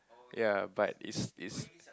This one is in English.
ya but it's it's